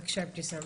בבקשה, אבתיסאם.